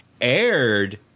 aired